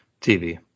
TV